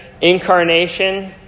Incarnation